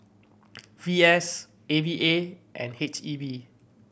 V S A V A and H E B